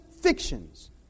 fictions